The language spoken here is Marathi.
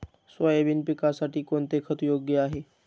सोयाबीन पिकासाठी कोणते खत योग्य आहे?